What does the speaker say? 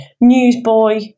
newsboy